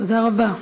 תודה רבה.